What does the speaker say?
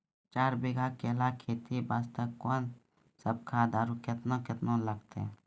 चार बीघा केला खेती वास्ते कोंन सब खाद आरु केतना केतना लगतै?